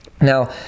Now